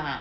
yeah